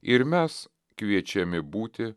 ir mes kviečiami būti